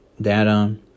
data